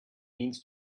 means